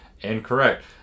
Incorrect